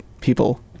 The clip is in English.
people